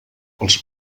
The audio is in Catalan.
els